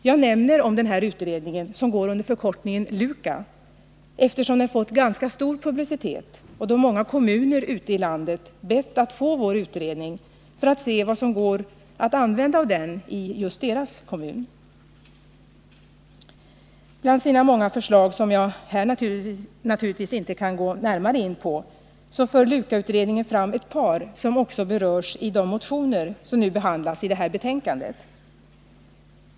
Jag nämner den här utredningen, som går under förkortningen LUKA, eftersom den fått ganska stor publicitet och eftersom många kommuner ute i landet bett att få vår utredning för att se vad som går att använda i just deras fall. Bland sina många förslag, som jag här naturligtvis inte kan gå närmare in på, för LUKA-utredningen fram ett par vilka också berörs i de motioner som nu behandlas i det här betänkandet.